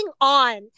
on